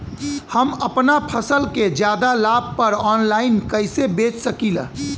हम अपना फसल के ज्यादा लाभ पर ऑनलाइन कइसे बेच सकीला?